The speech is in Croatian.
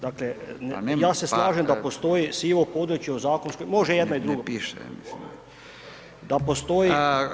Dakle, ja se slažem da postoji sivo područje u zakonskoj, može jedno i drugo, da postoji…